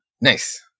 Nice